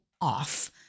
off